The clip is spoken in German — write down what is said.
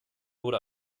wurde